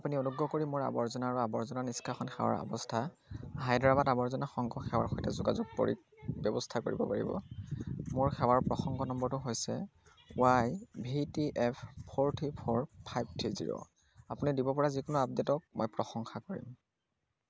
আপুনি অনুগ্ৰহ কৰি মোৰ আৱৰ্জনা আৰু আৱৰ্জনা নিষ্কাশন সেৱাৰ অৱস্থা হায়দৰাবাদ আৱৰ্জনা সংগ্ৰহ সেৱাৰ সৈতে যোগাযোগ কৰি ব্য়ৱস্থা কৰিব পাৰিবনে মোৰ সেৱাৰ প্ৰসংগ নম্বৰটো হৈছে Y V T F four three four five three zero আপুনি দিব পৰা যিকোনো আপডে'টক মই প্ৰশংসা কৰিম